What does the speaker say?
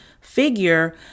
figure